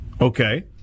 Okay